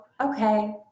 okay